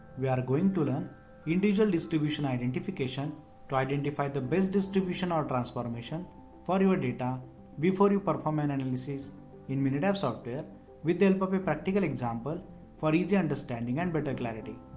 we going to learn individual distribution identification to identify the best distribution or transformation for your data before you perform an analysis in minitab software with the help of a practical example for easy understanding and better clarity.